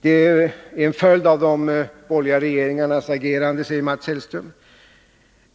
De är en följd av de borgerliga regeringarnas agerande, säger Mats Hellström.